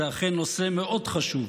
זה אכן נושא מאוד חשוב.